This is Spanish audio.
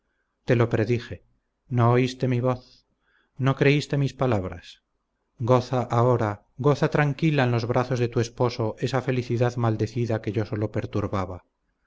te lo predije no oíste mi voz no creíste mis palabras goza ahora goza tranquila en los brazos de tu esposo esa felicidad maldecida que yo solo perturbaba